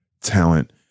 talent